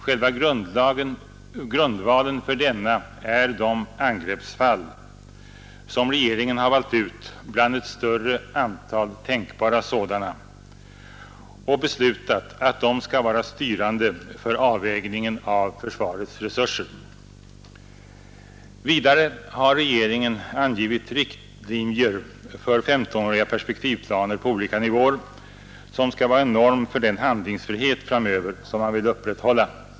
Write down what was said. Själva grundvalen för denna är de angreppsfall som regeringen har valt ut bland ett stort antal tänkbara sådana och beslutat att de skall vara styrande för avvägningen av försvarets resurser. Vidare har regeringen angivit riktlinjer för 1S5-åriga perspektivplaner på olika nivåer som skall vara en norm för den handlingsfrihet framöver som man vill upprätthålla.